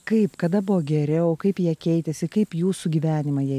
kaip kada buvo geriau kaip jie keitėsi kaip jūsų gyvenimą jie